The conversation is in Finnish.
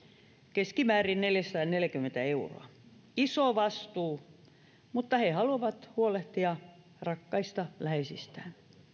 keskimäärin neljäsataaneljäkymmentä euroa iso vastuu mutta he haluavat huolehtia rakkaista läheisistään